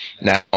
Now